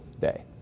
day